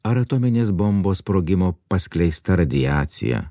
ar atominės bombos sprogimo paskleista radiacija